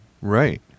Right